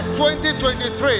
2023